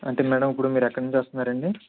అంటే మేడమ్ ఇప్పుడు మీరు ఎక్కడ నుంచి వస్తున్నారండి